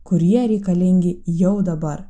kurie reikalingi jau dabar